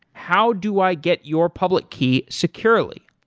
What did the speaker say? how do i get your public key securely?